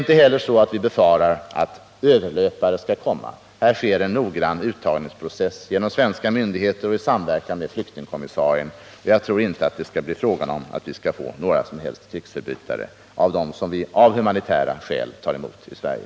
Inte heller befarar vi att få hit några överlöpare. Här sker en noggrann uttagning genom svenska myndigheter och i samarbete med flyktingkommissarien. Jag tror inte att vi skall få några krigsförbrytare bland dem som vi av humanitära skäl tar emot i Sverige.